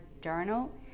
journal